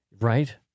Right